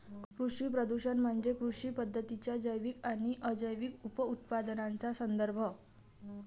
कृषी प्रदूषण म्हणजे कृषी पद्धतींच्या जैविक आणि अजैविक उपउत्पादनांचा संदर्भ